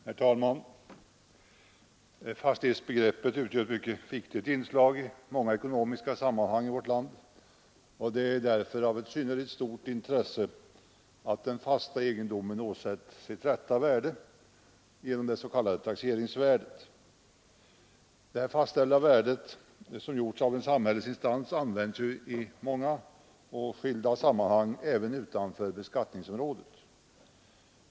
Herr talman! Fastighetsbegreppet utgör ett mycket viktigt inslag i många ekonomiska sammanhang i vårt land, och det är av ett synnerligt stort intresse att den fasta egendomen åsätts ett rätt värde till det s.k. taxeringsvärdet. Detta värde, som fastställts av en samhällsinstans, används i många sammanhang, även utanför beskattningsområdet.